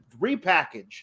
repackage